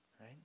right